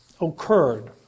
occurred